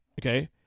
Okay